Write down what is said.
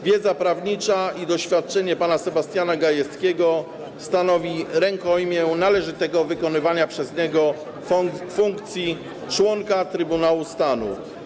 Wiedza prawnicza i doświadczenie pana Sebastiana Gajewskiego stanowią rękojmię należytego wykonywania przez niego funkcji członka Trybunału Stanu.